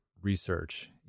research